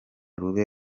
rube